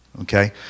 okay